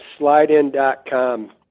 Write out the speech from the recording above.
slidein.com